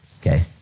okay